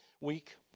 week